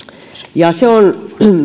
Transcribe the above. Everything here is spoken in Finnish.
ja se on